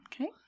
Okay